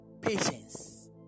Patience